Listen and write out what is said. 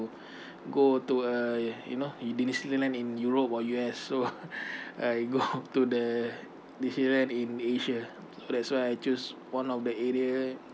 go to a you know the disneyland in europe or U_S so I go to the disneyland in asia so that's why I choose one of the area